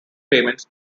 payments